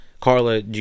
Carla